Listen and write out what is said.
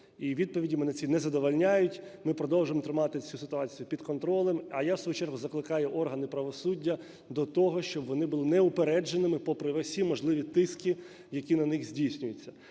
І відповіді мене ці не задовольняють. Ми продовжимо тримати цю ситуацію під контролем. А я в свою чергу закликаю органи правосуддя до того, щоб вони були неупередженими попри всі можливі тиски, які на них здійснюються.